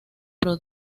pro